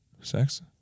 Sex